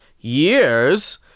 years